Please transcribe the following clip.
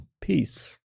Peace